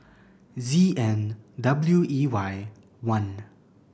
Z N W E Y one